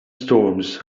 storms